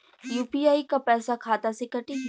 UPI क पैसा खाता से कटी?